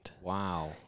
Wow